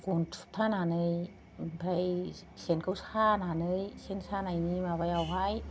गन थुखथानानै ओमफ्राय सेनखौ सानानै सेन सानायनि माबायावहाय